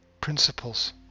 Principles